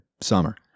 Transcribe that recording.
summer